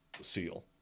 seal